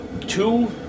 two